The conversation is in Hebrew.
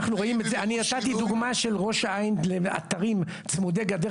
אני נתתי דוגמה של ראש העין ואתרים צמודי גדר